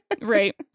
right